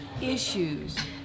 issues